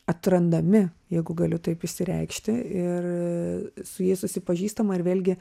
atrandami jeigu galiu taip išsireikšti ir su jais susipažįstama ir vėlgi